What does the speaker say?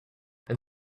and